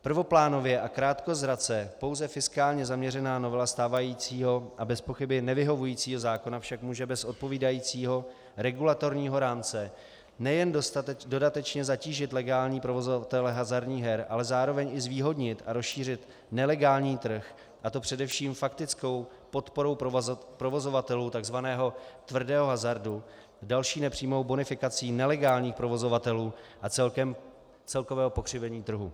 Prvoplánově a krátkozrace pouze fiskálně zaměřená novela stávajícího a bezpochyby nevyhovujícího zákona však může bez odpovídajícího regulatorního rámce nejen dodatečně zatížit legální provozovatele hazardních her, ale zároveň i zvýhodnit a rozšířit nelegální trh, a to především faktickou podporou provozovatelů takzvaného tvrdého hazardu další nepřímou bonifikací nelegálních provozovatelů a celkového pokřivení trhu.